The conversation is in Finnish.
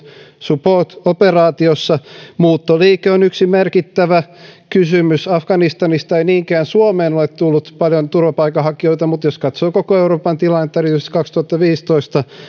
support operaatiossa muuttoliike on yksi merkittävä kysymys afganistanista ei niinkään suomeen ole tullut paljon turvapaikanhakijoita mutta jos katsoo koko euroopan tilannetta erityisesti kaksituhattaviisitoista